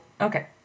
Okay